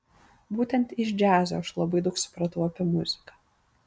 būtent iš džiazo aš labai daug supratau apie muziką